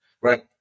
right